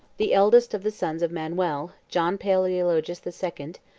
the eldest of the sons of manuel, john palaeologus the second,